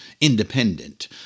independent